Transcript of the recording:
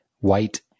white